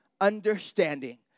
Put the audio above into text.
understanding